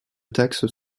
taxes